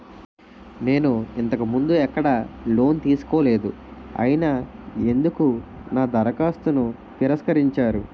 నేను ఇంతకు ముందు ఎక్కడ లోన్ తీసుకోలేదు అయినా ఎందుకు నా దరఖాస్తును తిరస్కరించారు?